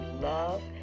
love